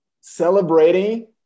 celebrating